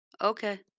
Okay